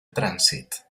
trànsit